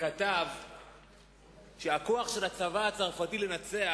כתב שהכוח של הצבא הצרפתי לנצח